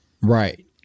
Right